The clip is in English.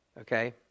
Okay